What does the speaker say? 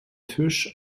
tisch